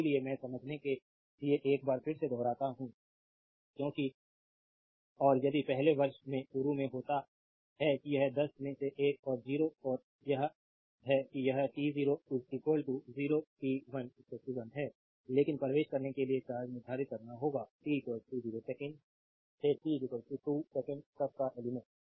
इसलिए मैं समझने के लिए एक बार फिर से दोहराता हूं क्योंकि और यदि पहले वर्ष में शुरू होता है कि यह दस में से एक है 0 और एक यह है कि यह t 0 0 t 1 1 है लेकिन प्रवेश करने के लिए चार्ज निर्धारित करना होगा t 0 सेकंड से t 2 सेकंड तक का एलिमेंट्स